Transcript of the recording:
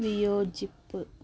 വിയോജിപ്പ്